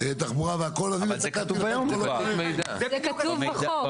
תחבורה והכל, אז הנה זה כתוב --- זה כתוב בחוק.